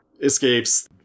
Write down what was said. escapes